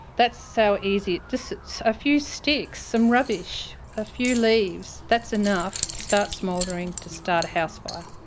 that's so easy just a few sticks some rubbish a few leaves. that's enough to start smouldering. to start a house fire.